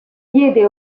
diede